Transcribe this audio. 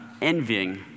envying